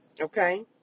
Okay